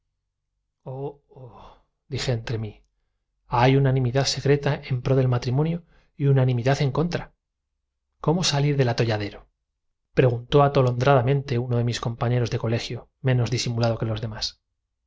dije entre mí hay unanimidad secreta en pro del causa ante un tribunal acm usted al de la penitencia matrimonio y unanimidad en contra cómo salir del atolladero callóse el código hecho dónde vive el suegro preguntó atolondradamente uno de mis carne sentóse y se echó al coleto de un una trago copa de champagne tras él se levantó compañeros de colegio menos disimulado que los demás